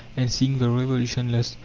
and seeing the revolution lost,